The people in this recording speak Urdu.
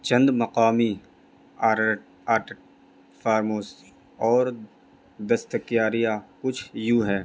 چند مقامی فارمس اور دستکاریاں کچھ یوں ہے